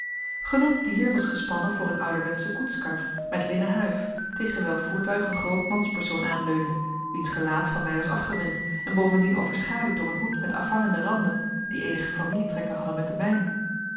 genoemd dier was gespannen voor een ouderwetsche koetskar met linnen huif tegen welk voertuig een groot manspersoon aanleunde wiens gelaat van mij was afgewend en bovendien overschaduwd door een hoed met afhangende randen die eenige familietrekken had met den mijnen